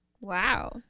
wow